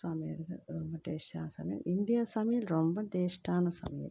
சமையல்கள் ரொம்ப டேஸ்ட்டான சமையல் இந்தியா சமையல் ரொம்ப டேஸ்ட்டான சமையல்